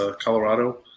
Colorado